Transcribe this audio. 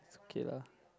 is okay lah